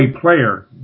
player